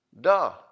Duh